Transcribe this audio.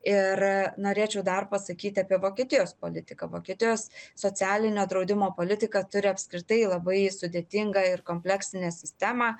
ir norėčiau dar pasakyti apie vokietijos politiką vokietijos socialinio draudimo politika turi apskritai labai sudėtingą ir kompleksinę sistemą